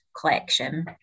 collection